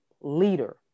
leader